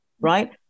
right